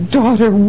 daughter